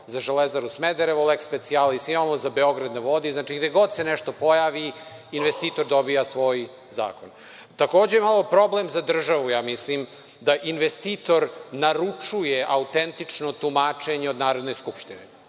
za Železaru Smederevo, „leks specijalis“ imamo za „Beograd na vodi“, znači, gde god se nešto pojavi investitor dobija svoj zakon. Takođe, imamo problem za državu, ja mislim, da investitor naručuje autentično tumačenje od Narodne skupštine.